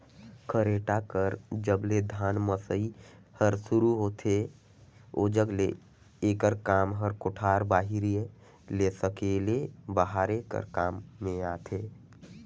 खरेटा कर जब ले धान मसई हर सुरू होथे ओजग ले एकर काम हर कोठार बाहिरे ले सकेले बहारे कर काम मे आथे